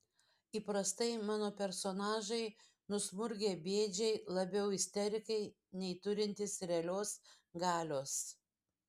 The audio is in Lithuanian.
įprastai mano personažai nusmurgę bėdžiai labiau isterikai nei turintys realios galios